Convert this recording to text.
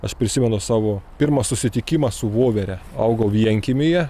aš prisimenu savo pirmą susitikimą su vovere augau vienkiemyje